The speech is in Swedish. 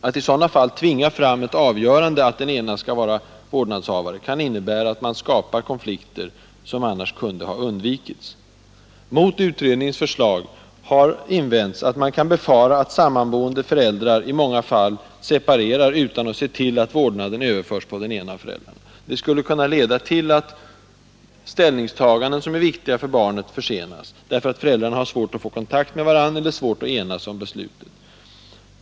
Att i sådana fall tvinga fram avgörandet att den ena skall vara vårdnadshavare kan innebära att man skapar konflikter, som annars kunde ha undvikits. Mot utredningens förslag har invänts att man kan befara att sammanboende föräldrar i många fall separerar utan att se till att vårdnaden överförs på den ene av föräldrarna. Det skulle kunna leda till att ställningstaganden som är viktiga för barnen försenas därför att föräldrarna har svårt att få kontakt med varandra eller svårt att enas om besluten.